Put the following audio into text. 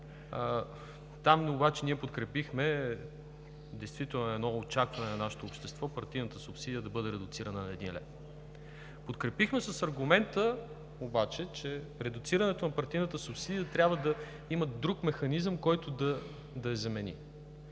Там обаче ние подкрепихме действително едно очакване на нашето общество – партийната субсидия да бъде редуцирана на 1 лев. Подкрепихме с аргумента обаче, че редуцирането на партийната субсидия трябва да има друг механизъм, който да я замени.